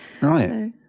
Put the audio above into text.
right